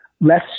less